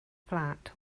flat